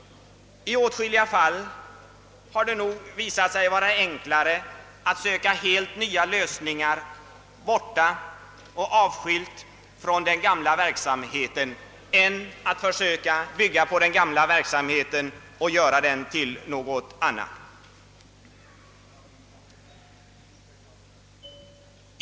I åtskilliga fall har det nog visat sig vara enklare att söka helt nya lösningar, avskilt från den gamla verksamheten, än att försöka bygga på den gamla verksamheten och göra den till något annat.